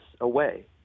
away